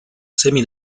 semi